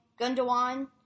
Gundawan